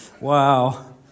wow